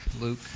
Luke